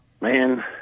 Man